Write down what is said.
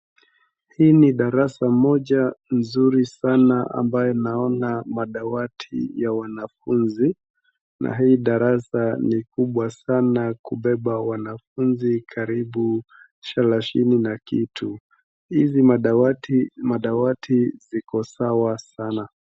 Hii ni darasa moja nzuri sana ambaye naona madawati ya wanafunzi na hii darasa ni kubwa sana kubeba wanafunzi karibu salasini na kitu. Hizi madawati ziko sawa sana.